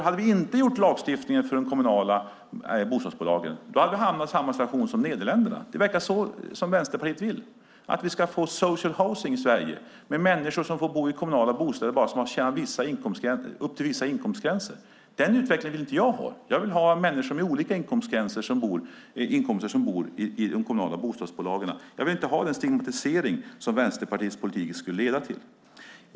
Hade vi inte gjort lagstiftningen för de kommunala bostadsbolagen hade vi hamnat i samma situation som Nederländerna. Vänsterpartiet verkar vilja att vi ska få social housing i Sverige där det bara är människor upp till en viss inkomstgräns som får bo i kommunala bostäder. Den utvecklingen vill jag inte ha. Jag vill ha människor med olika inkomster som bor i kommunala bostäder. Jag vill inte ha den stigmatisering som Vänsterpartiets politik skulle leda till.